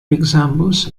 examples